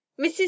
mrs